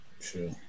Sure